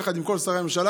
יחד עם כל שרי הממשלה,